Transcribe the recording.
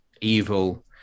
evil